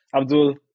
Abdul